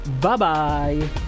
Bye-bye